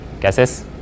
guesses